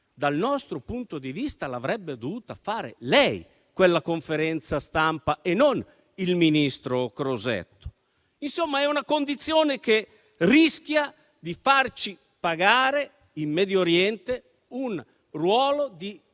dal nostro punto di vista, l'avrebbe dovuta fare lei quella conferenza stampa e non il ministro Crosetto. Insomma, è una condizione che rischia di farci pagare in Medio Oriente un ridimensionamento